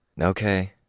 Okay